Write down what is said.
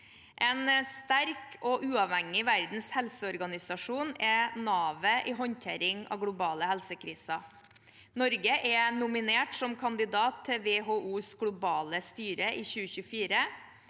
En sterk og uavhengig Verdens helseorganisasjon er navet i håndtering av globale helsekriser. Norge er nominert som kandidat til WHOs globale styre i 2024.